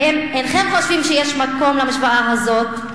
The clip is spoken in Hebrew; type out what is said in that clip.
ואם אינכם חושבים שיש מקום למשוואה הזאת,